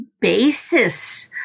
basis